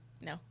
No